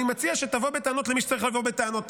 אני מציע שתבוא בטענות למי שצריך לבוא בטענות.